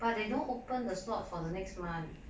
but they don't open the slot for the next month